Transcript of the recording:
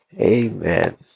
Amen